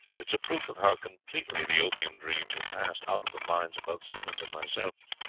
it is a proof of how completely the opium dreams had passed out of the minds of both simmonds and myself,